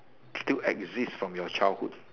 still exist from your childhood